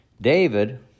David